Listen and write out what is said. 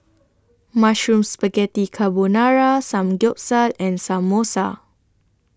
Mushroom Spaghetti Carbonara Samgyeopsal and Samosa